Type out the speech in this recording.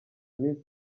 iminsi